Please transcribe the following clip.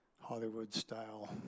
Hollywood-style